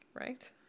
right